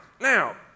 now